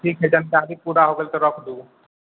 ठीक छै जानकारी पूरा हो गेल तऽ रख दू